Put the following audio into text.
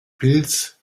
pilz